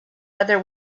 whether